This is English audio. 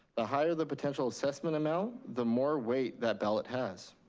the higher the potential assessment amount, the more weight that ballot has.